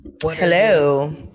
Hello